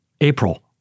April